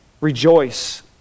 Rejoice